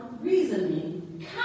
reasoning